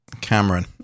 Cameron